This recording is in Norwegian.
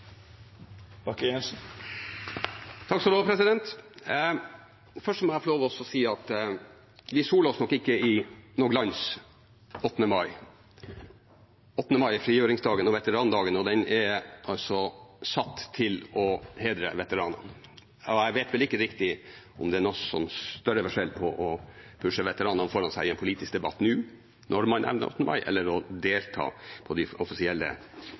Først må jeg få lov til å si at vi soler oss nok ikke i noen glans 8. mai. Den 8. mai er frigjøringsdagen og veterandagen, og den er satt til å hedre veteranene. Jeg vet ikke riktig om det er noen større forskjell på å pushe veteranene foran seg i en politisk debatt nå, når vi nærmer oss 8. mai, enn å delta på de offisielle